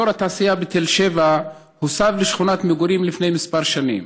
אזור התעשייה בתל שבע הוסב לשכונת מגורים לפני כמה שנים,